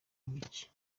ibiki